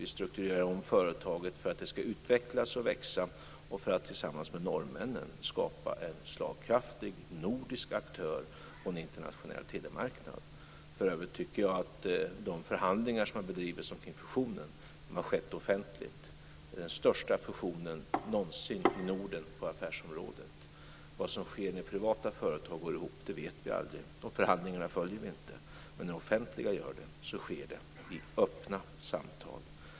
Vi strukturerar om företaget för att det ska utvecklas och växa och för att tillsammans med norrmännen skapa en slagkraftig nordisk aktör på en internationell telemarknad. För övrigt vill jag säga att de förhandlingar som har bedrivits kring fusionen har skett offentligt. Det här är den största fusionen någonsin i Norden på affärsområdet. Vad som sker när privata företag går ihop, det vet vi aldrig. De förhandlingarna följer vi inte. Men när offentliga företag gör det så sker det i öppna samtal.